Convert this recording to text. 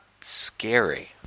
scary